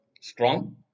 strong